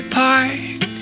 park